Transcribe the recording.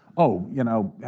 oh, you know,